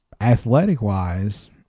athletic-wise